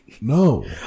No